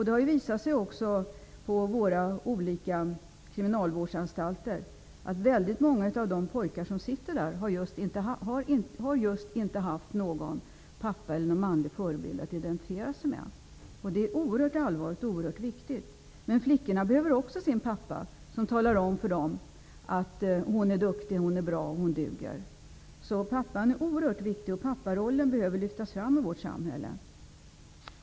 Det har visat sig att väldigt många av de pojkar som sitter på olika kriminalvårdsanstalter inte haft någon pappa eller någon manlig förebild att identifiera sig med. Detta är oerhört allvarligt. Men flickorna behöver också sin pappa, som talar om för dem att de är duktiga och bra och att de duger. Så pappan är oerhört viktig. Papparollen måste lyftas fram i vårt samhälle.